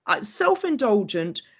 self-indulgent